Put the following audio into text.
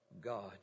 God